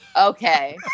Okay